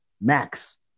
max